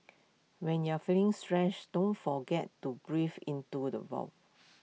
when you are feeling stressed don't forget to breathe into the